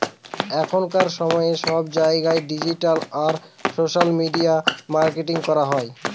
এখনকার সময়ে সব জায়গায় ডিজিটাল আর সোশ্যাল মিডিয়া মার্কেটিং করা হয়